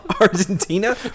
Argentina